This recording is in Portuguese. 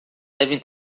devem